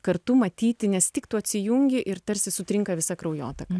kartu matyti nes tik tu atsijungi ir tarsi sutrinka visa kraujotaka